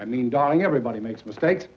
i mean darling everybody makes mistakes